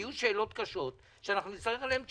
יהיו שאלות קשות שאנחנו נצטרך עליהן תשובות.